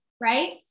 right